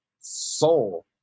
soul